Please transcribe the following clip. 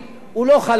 הוא לא חל על מלכ"רים.